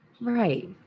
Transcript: Right